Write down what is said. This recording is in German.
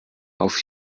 auf